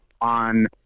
on